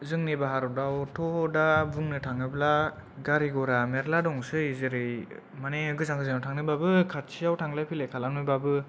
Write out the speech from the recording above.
जोंनि भारताव थ' दा बुंनो थाङोब्ला गारि गरा मेरला दंसै जेरै माने गोजान गोजानाव थांनोबाबो खाथियाव थांलाय फैलाय खालामनो बाबो